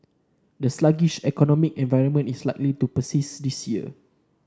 the sluggish economic environment is likely to persist this year